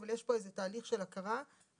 אבל יש פה איזה תהליך של הכרה בארגון,